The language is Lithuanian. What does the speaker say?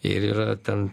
ir yra ten